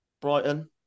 Brighton